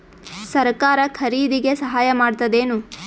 ಸರಕಾರ ಖರೀದಿಗೆ ಸಹಾಯ ಮಾಡ್ತದೇನು?